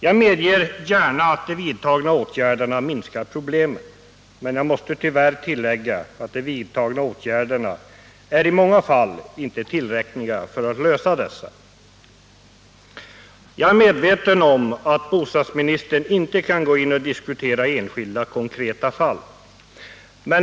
Jag medger gärna att de vidtagna åtgärderna minskar problemen, men jag måste tyvärr tillägga att åtgärderna i många fall inte är tillräckliga för att lösa dem. Jag är medveten om att bostadsministern inte kan gå in och diskutera enskilda, konkreta fall.